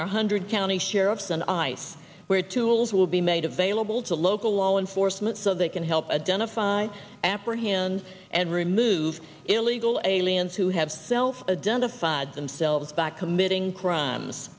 our hundred county sheriffs and ice where tools will be made available to local law enforcement so they can help a done a fine after hands and remove illegal aliens who have self agenda fides themselves back committing crimes